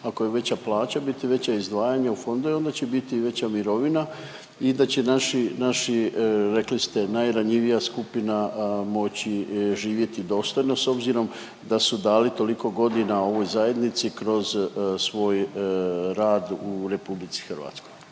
ako je veća plaća biti veća izdvajanja u fondove onda će biti i veća mirovina i da će naši rekli ste najranjivija skupina moći živjeti dostojno s obzirom da su dali toliko godina ovoj zajednici kroz svoj rad u RH? **Reiner,